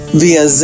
via